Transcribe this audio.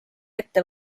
ette